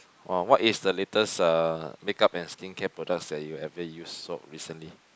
orh what is the latest uh make up and skincare products that you've ever used sold recently